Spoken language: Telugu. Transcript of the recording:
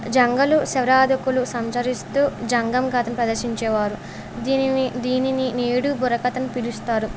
జంగలు సాధకులు సంచరిస్తు జంగం కథను ప్రదర్శించేవారు దీనిని దీనిని నేడు బుర్రకథ అని పిలుస్తారు